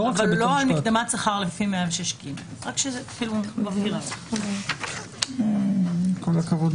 לא על מקדמת שכר לפי 106ג. בסדר.